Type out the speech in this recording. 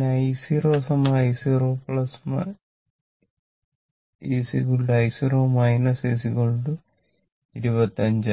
പിന്നെ i0 i0 i0 25